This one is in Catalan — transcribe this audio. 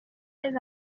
les